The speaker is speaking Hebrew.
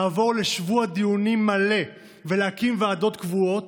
לעבור לשבוע דיונים מלא ולהקים ועדות קבועות,